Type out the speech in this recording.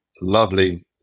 lovely